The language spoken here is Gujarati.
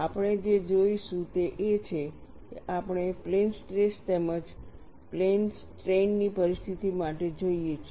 આપણે જે જોઈશું તે એ છે કે આપણે પ્લેન સ્ટ્રેસ તેમજ પ્લેન સ્ટ્રેઈન ની પરિસ્થિતિ માટે જોઈએ છીએ